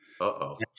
Uh-oh